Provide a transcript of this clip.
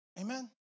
Amen